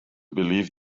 believe